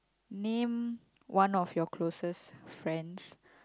name one of your closest friends